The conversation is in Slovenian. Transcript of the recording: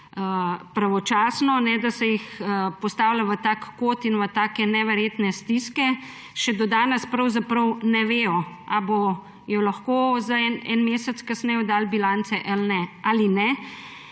pravočasno, ne da se jih postavlja v tak kot in take neverjetne stiske. Še do danes pravzaprav ne vedo, ali bodo lahko en mesec kasneje oddali bilance ali ne. Predvsem